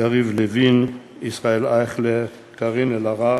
יריב לוין, ישראל אייכלר, קארין אלהרר,